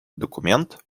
документ